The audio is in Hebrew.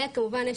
וכמובן,